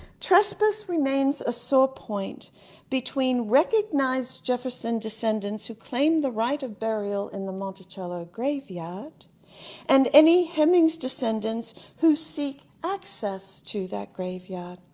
trespass remains a sore point between recognized jefferson descendants who claimed the right of burial in the monticello graveyard and any hemings descendants who seek accest to that graveyard.